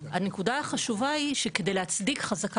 הנקודה החשובה היא שכדי להצדיק חזקה